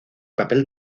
papel